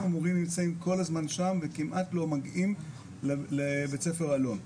המורים נמצאים כל הזמן שם וכמעט לא מגיעים לבית ספר אלון.